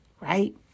right